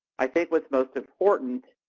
i think what's most important